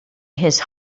his